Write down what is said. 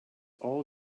all